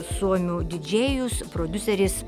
suomių didžėjus prodiuseris